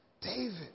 David